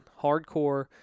hardcore